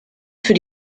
für